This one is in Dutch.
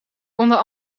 onder